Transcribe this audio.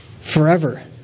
forever